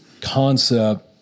concept